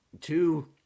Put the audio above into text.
Two